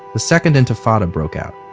the second intifada broke out